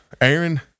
Aaron